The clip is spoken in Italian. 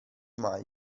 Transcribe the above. mai